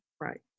Right